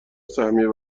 سهمیه